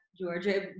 Georgia